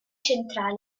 centrale